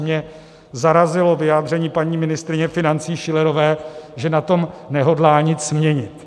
Mě zarazilo vyjádření paní ministryně financí Schillerové, že na tom nehodlá nic měnit.